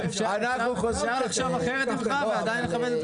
חלק מההתייחסות הרחבה יותר לעניין הדואר.